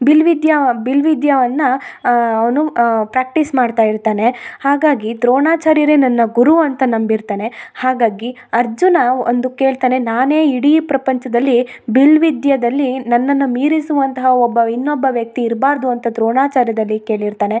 ಬಿಲ್ವಿದ್ಯಾ ಬಿಲ್ವಿದ್ಯವನ್ನ ಅವನು ಪ್ರಾಕ್ಟೀಸ್ ಮಾಡ್ತಾ ಇರ್ತಾನೆ ಹಾಗಾಗಿ ದ್ರೋಣಾಚಾರ್ಯರೇ ನನ್ನ ಗುರು ಅಂತ ನಂಬಿರ್ತಾನೆ ಹಾಗಾಗಿ ಅರ್ಜುನ ಒಂದು ಕೇಳ್ತಾನೆ ನಾನೇ ಇಡೀ ಪ್ರಪಂಚದಲ್ಲಿ ಬಿಲ್ವಿದ್ಯೆದಲ್ಲಿ ನನ್ನನ್ನ ಮೀರಿಸುವಂತಹ ಒಬ್ಬ ಇನ್ನೊಬ್ಬ ವ್ಯಕ್ತಿ ಇರ್ಬಾರದು ಅಂತ ದ್ರೋಣಾಚಾರ್ಯರಲ್ಲಿ ಕೇಳಿರ್ತಾನೆ